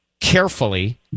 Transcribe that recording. carefully